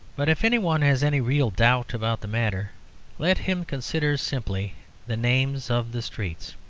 but if any one has any real doubt about the matter let him consider simply the names of the streets.